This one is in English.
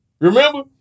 Remember